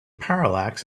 parallax